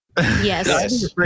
Yes